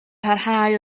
parhau